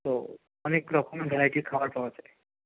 তো অনেক রকম ভ্যারাইটির খাবার পাওয়া যায়